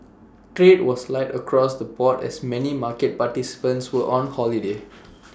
trade was light across the board as many market participants were on holiday